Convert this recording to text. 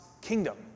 kingdom